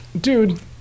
Dude